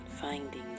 finding